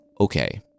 Okay